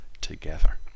together